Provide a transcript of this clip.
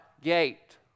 gate